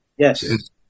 Yes